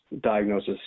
diagnosis